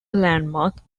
landmark